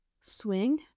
Swing